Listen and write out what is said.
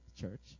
church